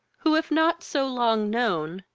who, if not so long known,